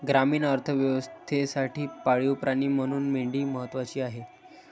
ग्रामीण अर्थव्यवस्थेसाठी पाळीव प्राणी म्हणून मेंढी महत्त्वाची आहे